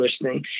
listening